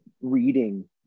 reading